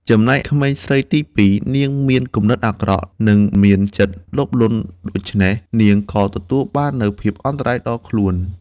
ចំំណែកក្មេងស្រីទីពីរ នាងមានគំនិតអាក្រក់ និងមិនមានចិត្តលោភលន់ដូច្នេះនាងក៏ទទួលបាននូវភាពអន្តរាយដល់ខ្លួន។